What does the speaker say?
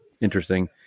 interesting